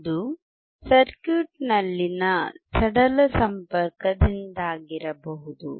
ಅದು ಸರ್ಕ್ಯೂಟ್ನಲ್ಲಿನ ಸಡಿಲ ಸಂಪರ್ಕದಿಂದಾಗಿರಬಹುದು